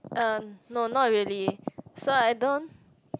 uh no not really so I don't